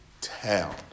town